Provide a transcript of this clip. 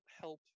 help